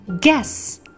Guess